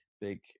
big